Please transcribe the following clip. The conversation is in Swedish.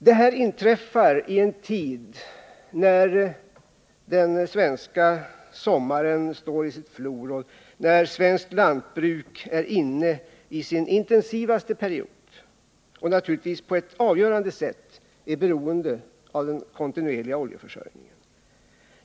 Det här inträffar i en tid när den svenska sommaren står i sitt flor och när svenskt lantbruk är inne i sin intensivaste period och naturligtvis på ett avgörande sätt är beroende av den kontinuerliga oljeförsörjningen.